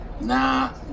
Nah